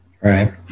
Right